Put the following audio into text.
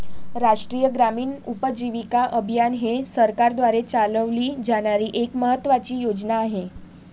राष्ट्रीय ग्रामीण उपजीविका अभियान ही सरकारद्वारे चालवली जाणारी एक महत्त्वाची योजना आहे